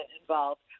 involved